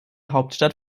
hauptstadt